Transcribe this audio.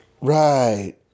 Right